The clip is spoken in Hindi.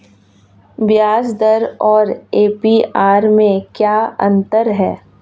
ब्याज दर और ए.पी.आर में क्या अंतर है?